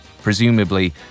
Presumably